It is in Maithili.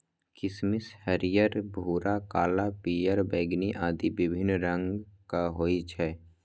किशमिश हरियर, भूरा, काला, पीयर, बैंगनी आदि विभिन्न रंगक होइ छै